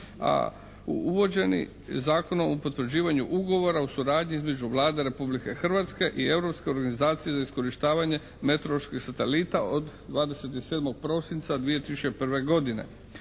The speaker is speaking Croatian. u uvođeni Zakonom o potvrđivanju ugovora o suradnji između Vlada Republike Hrvatske i Europske organizacije za iskorištavanje meteoroloških satelita od 27. prosinca 2001. godine.